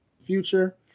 future